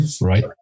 right